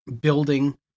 building